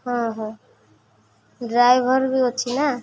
ହଁ ହଁ ଡ୍ରାଇଭର୍ ବି ଅଛି ନା